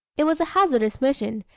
it was a hazardous mission,